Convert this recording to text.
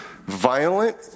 violent